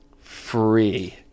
free